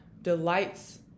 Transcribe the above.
delights